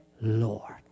Lord